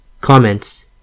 Comments